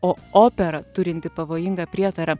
o opera turinti pavojingą prietarą